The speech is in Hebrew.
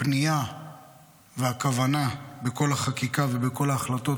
הפנייה והכוונה בכל החקיקה ובכל ההחלטות